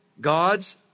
God's